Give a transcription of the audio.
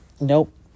Nope